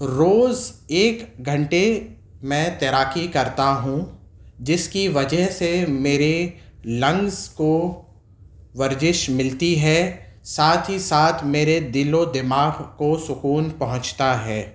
روز ایک گھنٹے میں تیراکی کرتا ہوں جس کی وجہ سے میرے لنگس کو ورجش ملتی ہے ساتھ ہی ساتھ میرے دل و دماغ کو سکون پہنچتا ہے